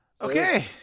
Okay